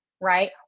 right